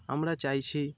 আমরা চাইছি